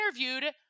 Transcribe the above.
interviewed